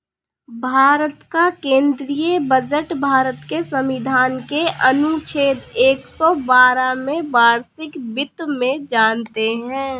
भारत का केंद्रीय बजट भारत के संविधान के अनुच्छेद एक सौ बारह में वार्षिक वित्त में जानते है